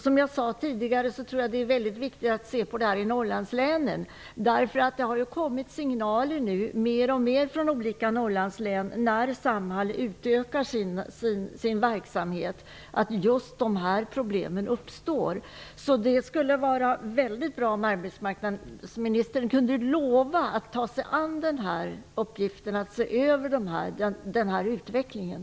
Som jag sade tidigare är det väldigt viktigt att studera dessa problem i Norrlandslänen. Det har ju kommit fler och fler signaler från olika Norrlandslän, där Samhall har utökat sin verksamhet, om att just dessa problem uppstår. Det vore väldigt bra om arbetsmarknadsministern kunde lova att ta sig an uppgiften att granska utvecklingen.